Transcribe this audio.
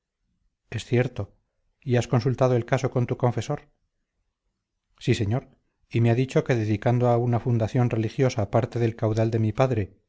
es cierto y has consultado el caso con tu confesor sí señor y me ha dicho que dedicando a una fundación religiosa parte del caudal de mi padre